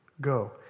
Go